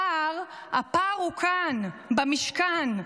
הפער, הפער הוא כאן, במשכן,